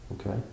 okay